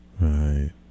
Right